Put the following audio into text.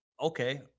Okay